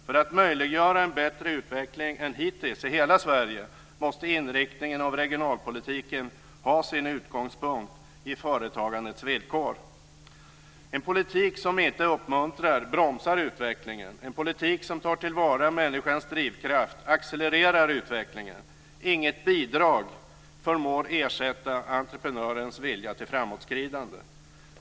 För att möjliggöra en bättre utveckling än hittills i hela Sverige måste inriktningen av regionalpolitiken ha sin utgångspunkt i företagandets villkor. En politik som inte uppmuntrar bromsar utvecklingen. En politik som tar till vara människans drivkraft accelererar utvecklingen. Inget bidrag förmår ersätta entreprenörens vilja till framåtskridande.